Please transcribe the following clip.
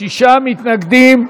שישה מתנגדים,